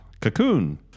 Cocoon